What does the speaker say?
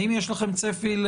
האם יש לכם צפי?